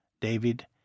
David